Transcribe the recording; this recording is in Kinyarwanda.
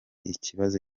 ikibazo